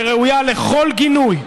שראויה לכל גינוי,